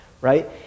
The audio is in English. right